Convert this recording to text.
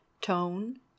tone